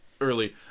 early